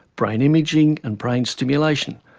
brain imaging and brain stimulation.